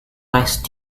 rice